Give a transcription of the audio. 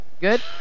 Good